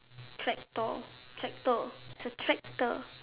tractor tractor it's a tractor